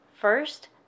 First